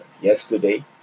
yesterday